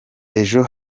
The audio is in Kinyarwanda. ejo